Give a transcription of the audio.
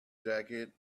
jacket